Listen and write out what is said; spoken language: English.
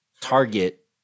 target